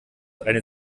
eine